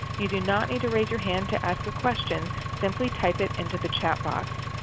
you do not need to raise your hand to ask a question, simply type it into the chat box.